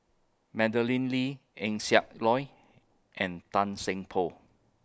Madeleine Lee Eng Siak Loy and Tan Seng Poh